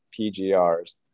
PGRs